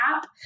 app